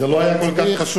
זה לא היה כל כך פשוט.